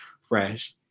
fresh